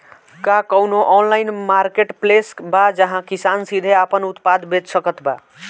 का कउनों online marketplace बा जहां किसान सीधे आपन उत्पाद बेच सकत बा?